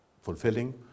fulfilling